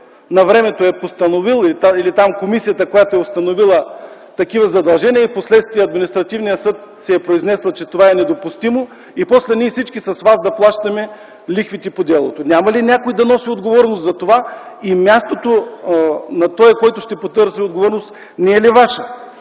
конкретен служител или комисията, която е установила такива задължения и впоследствие Административният съд се е произнесъл, че това е недопустимо и после всички ние с вас плащаме лихвите по делото? Няма ли някой да носи отговорност за това? И мястото на този, който ще потърси отговорност, не е ли Вашето?